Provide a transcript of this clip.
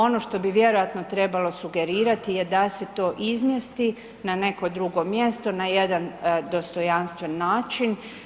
Ono što bi vjerojatno trebalo sugerirati je da se to izmjesti na neko drugo mjesto, na jedan dostojanstven način.